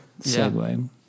segue